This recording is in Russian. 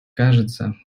кажется